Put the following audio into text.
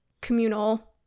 communal